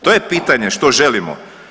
To je pitanje što želimo.